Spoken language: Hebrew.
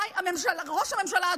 ראש הממשלה,